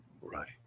Right